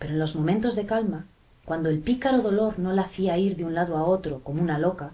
pero en los momentos de calma cuando el pícaro dolor no la hacía ir de un lado a otro como una loca